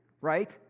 Right